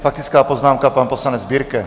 Faktická poznámka, poslanec Birke.